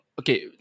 Okay